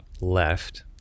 left